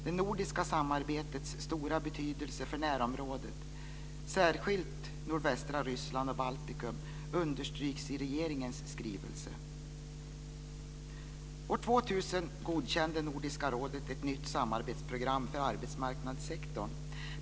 Det nordiska samarbetets stora betydelse för närområdet, särskilt nordvästra Ryssland och Baltikum, understryks i regeringens skrivelse. År 2000 godkände Nordiska rådet ett nytt samarbetsprogram för arbetsmarknadssektorn.